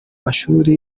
mashuri